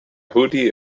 hoodie